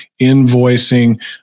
invoicing